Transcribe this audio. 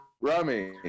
rummy